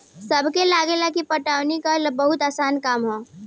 सबके लागेला की पटवनी कइल बहुते आसान काम ह